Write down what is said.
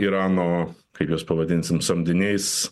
irano kaip juos pavadinsim samdiniais